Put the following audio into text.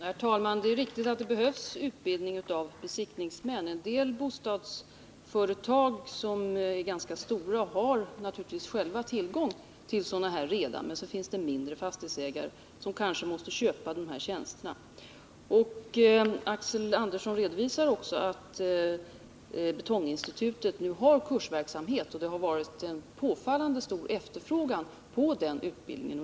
Herr talman! Det är riktigt att det behövs utbildning av besiktningsmän. En del bostadsföretag har naturligtvis redan själva tillgång till sådana. Men sedan finns det mindre fastighetsägare som kanske måste köpa dessa tjänster. Axel Andersson redovisar också att Betonginstitutet har satt i gång kursverksamhet, och det har varit en påfallande stor efterfrågan på den utbildningen.